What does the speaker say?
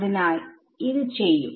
അതിനാൽ ചെയ്യും